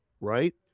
Right